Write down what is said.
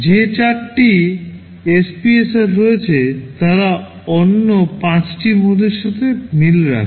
যে 4 টি SPSR রয়েছে তারা অন্য 5 টি মোডের সাথে মিল রাখে